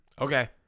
Okay